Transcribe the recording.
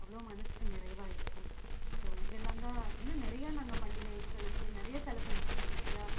அவ்வளோ மனசுக்கு நிறைவா இருக்கும் ஸோ இதெல்லம் தான் இன்னும் நிறையா நாங்கள் பண்டிகைகளுக்கு நிறையா செலை செஞ்சுருக்கோம் நிறையா